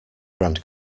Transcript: grand